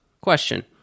question